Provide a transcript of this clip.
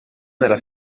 nella